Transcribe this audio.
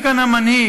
מי כאן המנהיג,